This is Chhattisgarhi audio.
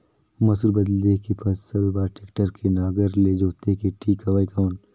मसूर बदले के फसल बार टेक्टर के नागर ले जोते ले ठीक हवय कौन?